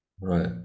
right